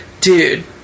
dude